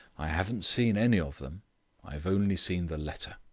i haven't seen any of them i've only seen the letter.